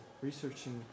researching